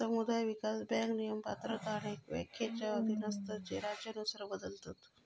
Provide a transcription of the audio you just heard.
समुदाय विकास बँक नियम, पात्रता आणि व्याख्येच्या अधीन असतत जे राज्यानुसार बदलतत